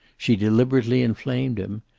she deliberately inflamed him.